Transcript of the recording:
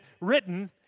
written